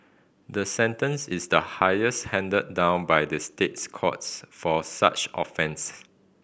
the sentence is the highest handed down by the State Courts for such offences